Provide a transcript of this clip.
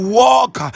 walk